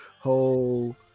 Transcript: whole